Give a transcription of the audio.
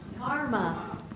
Karma